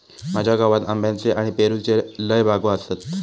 माझ्या गावात आंब्याच्ये आणि पेरूच्ये लय बागो आसत